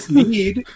need